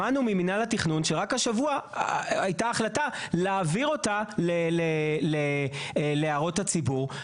שמענו ממינהל התכנון שרק השבוע הייתה החלטה להעביר אותה להערות הציבור.